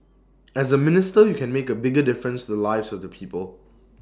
as A minister you can make A bigger difference to the lives of the people